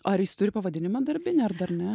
ar jis turi pavadinimą darbinį ar dar ne